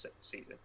season